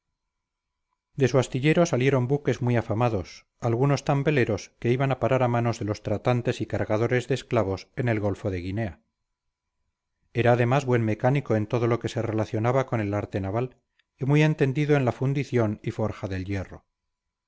de su astillero salieron buques muy afamados algunos tan veleros que iban a parar a manos de los tratantes y cargadores de esclavos en el golfo de guinea era además buen mecánico en todo lo que se relacionaba con el arte naval y muy entendido en la fundición y forja del hierro